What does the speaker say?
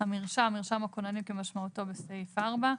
"המרשם" מרשם הכוננים כמשמעותו בסעיף 4,